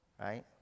Right